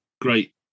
great